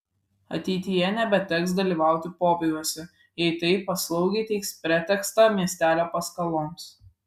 ateityje nebeteks dalyvauti pobūviuose jei taip paslaugiai teiks pretekstą miestelio paskaloms